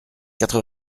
quatre